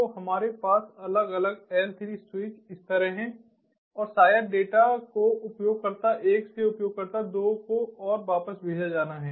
तो हमारे पास अलग अलग एल 3 स्विच इस तरह हैं और शायद डेटा को उपयोगकर्ता 1 से उपयोगकर्ता 2 को और बापस भेजा जाना है